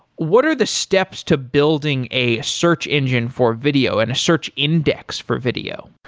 what are the steps to building a search engine for video and search index for video?